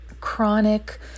Chronic